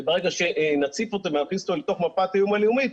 וברגע שנציף אותו ונכניס אותו לתוך מפת האיום הלאומית,